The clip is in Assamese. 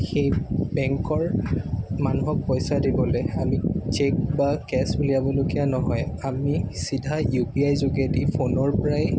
সেই বেংকৰ মানুহক পইচা দিবলৈ আমি চেক বা কেচ উলিয়াবলগীয়া নহয় আমি চিধা ইউ পি আই যোগেদি ফোনৰপৰাই